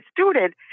student